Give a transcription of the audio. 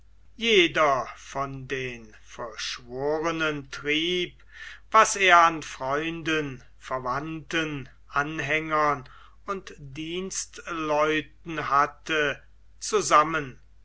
jeder von den verschworenen trieb was er an freunden verwandten anhängern und dienstleuten hatte zusammen